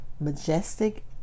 majestic